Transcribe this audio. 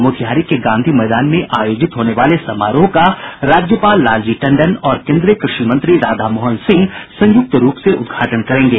मोतिहारी के गांधी मैदान में आयोजित होने वाले समारोह का राज्यपाल लालजी टंडन और केन्द्रीय कृषि मंत्री राधामोहन सिंह संयुक्त रूप से उद्घाटन करेंगे